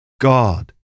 God